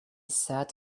sat